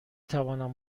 توانم